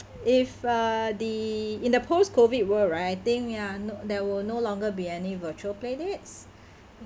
if uh the in the post-COVID world right I think ya not there will no longer be any virtual play dates